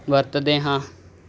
ਵਰਤਦੇ ਹਾਂ